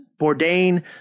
Bourdain